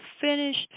finished